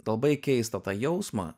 labai keistą tą jausmą